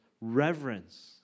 reverence